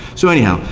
so anyhow,